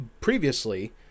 previously